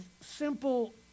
simple